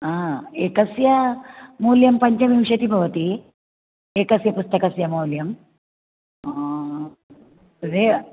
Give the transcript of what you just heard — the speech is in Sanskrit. हा एकस्य मूल्यं पञ्चविंशति भवति एकस्य पुस्तकस्य मौल्यं रे